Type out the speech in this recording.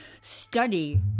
study